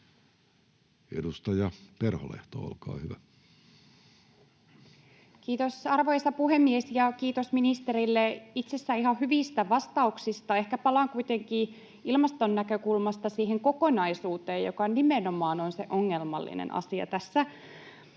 19:21 Content: Kiitos, arvoisa puhemies! Ja kiitos ministerille itse asiassa ihan hyvistä vastauksista. Ehkä palaan kuitenkin ilmaston näkökulmasta siihen kokonaisuuteen, joka nimenomaan on se ongelmallinen asia tässä.